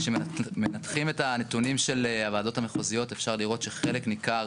כשמנתחים את הנתונים של הוועדות המחוזיות אפשר לראות שחלק ניכר